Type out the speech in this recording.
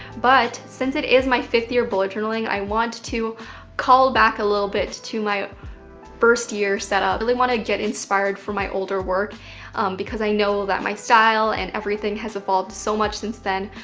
but since it is my fifth year bullet journaling i want to call back a little bit to my first year setup. i really wanna get inspired for my older work because i know that my style and everything has evolved so much since then.